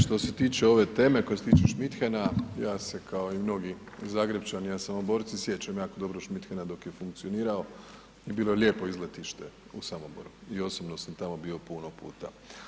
Što se tiče ove teme koja se tiče Šmidhena, ja se kao i mnogi Zagrepčani, a i Samoborci, sjećam jako dobro Šmidhena dok je funkcionirao i bilo je lijepo izletište u Samoboru i osobno sam tamo bio puno puta.